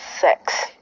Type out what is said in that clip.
sex